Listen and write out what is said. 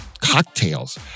cocktails